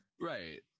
Right